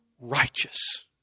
righteous